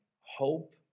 hope